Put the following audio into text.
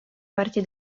parti